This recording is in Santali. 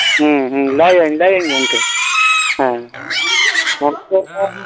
ᱦᱩᱸ ᱦᱩᱸ ᱞᱟᱹᱭᱟᱹᱧ ᱞᱟᱹᱭᱟᱹᱧ ᱜᱚᱢᱠᱮ ᱦᱮᱸ